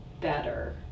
better